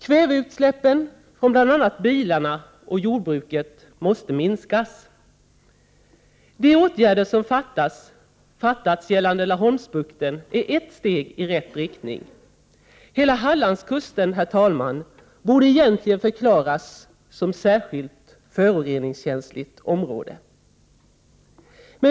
Kväveutsläppen från bl.a. bilarna och jordbruket måste minskas. De åtgärder som vidtagits gällande Laholmsbukten är ett steg i rätt riktning. Hela Hallandskusten, herr talman, borde egentligen förklaras som särskilt föroreningskänsligt område.